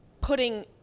putting